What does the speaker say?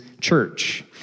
church